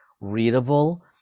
readable